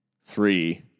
three